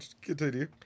Continue